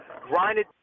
grinded